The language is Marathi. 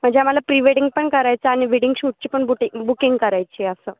म्हणजे आम्हाला प्री वेडिंग पण करायचं आणि वेडिंग शूटची पण बुटिंग बुकिंग करायची असं